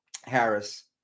Harris